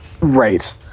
Right